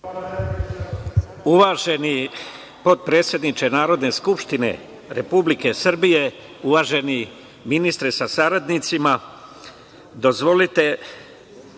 Uvaženi potpredsedniče Narodne skupštine Republike Srbije, uvaženi ministre sa saradnicima, dozvolite